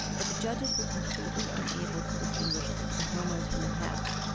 but the judges were completely unable to distinguish the homos from the hets.